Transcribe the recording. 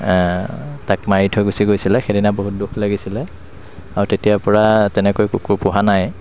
তাক মাৰি থৈ গুচি গৈছিলে সেইদিনা বহুত দুখ লাগিছিলে আৰু তেতিয়াৰ পৰা তেনেকৈ কুকুৰ পোহা নাই